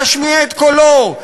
להשמיע את קולו,